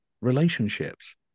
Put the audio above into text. relationships